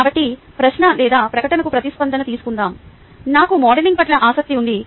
కాబట్టి ప్రశ్న లేదా ప్రకటనకు ప్రతిస్పందన తీసుకుందాం నాకు మోడలింగ్ పట్ల ఆసక్తి ఉంది